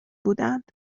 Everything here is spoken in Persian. بودند